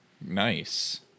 Nice